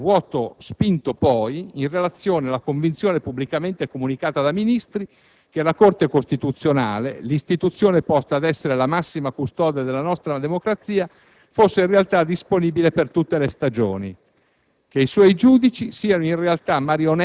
Dunque, la questione è quella dell'«assordante silenzio», dapprima, e del «vuoto spinto», poi, in relazione alla convinzione, pubblicamente comunicata da Ministri, che la Corte costituzionale, l'istituzione posta ad essere la massima custode della nostra democrazia,